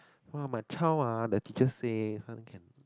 !wah! my child ah the teacher say this one can